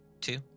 Two